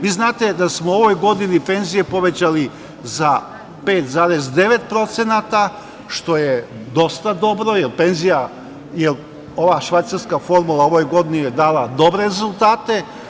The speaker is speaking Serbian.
Vi znate da smo u ovoj godini penzije povećali za 5,9%, što je dosta dobro, jer ova švajcarska formula u ovoj godini je dala dobre rezultate.